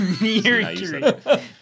Mercury